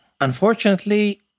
Unfortunately